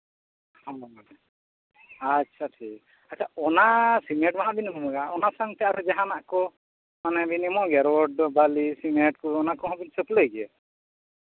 ᱚ ᱟᱪᱪᱷᱟ ᱴᱷᱤᱠ ᱟᱪᱪᱷᱟ ᱚᱱᱟ ᱥᱤᱢᱮᱱᱴ ᱢᱟ ᱦᱟᱸᱜ ᱚᱱᱟ ᱵᱤᱱ ᱤᱢᱟᱹᱧᱟ ᱚᱱᱟ ᱥᱟᱶᱛᱮ ᱡᱟᱦᱟᱱᱟᱜ ᱠᱚ ᱢᱟᱱᱮ ᱵᱤᱱ ᱮᱢᱚᱜ ᱜᱮᱭᱟ ᱨᱚᱰ ᱵᱟᱹᱞᱤ ᱥᱤᱢᱮᱱᱴ ᱠᱚ ᱚᱱᱟ ᱠᱚᱦᱚᱸ ᱵᱤᱱ ᱥᱟᱹᱯᱞᱟᱹᱭ ᱜᱮᱭᱟ